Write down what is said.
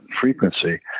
frequency